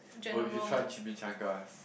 oh you should try chimichangas